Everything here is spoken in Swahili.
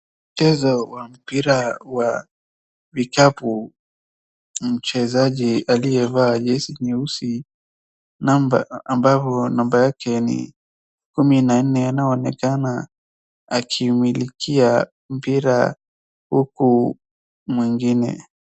Mchezo wa mpira wa vikapu, mchezaji aliyevaa jezi nyeusi ambavyo namba yake ni kumi na nne inaonekana akimilikia mpira huku mwengine.